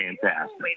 fantastic